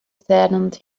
saddened